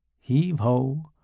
heave-ho